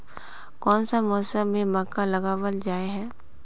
कोन सा मौसम में मक्का लगावल जाय है?